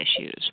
issues